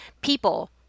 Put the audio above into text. people